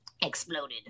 exploded